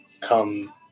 come